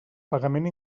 pagament